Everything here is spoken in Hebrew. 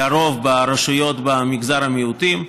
לרוב ברשויות במגזר המיעוטים,